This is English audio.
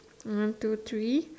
one two three